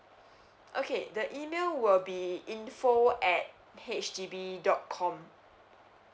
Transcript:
okay the email will be info at H D B dot com